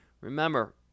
Remember